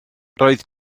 roedd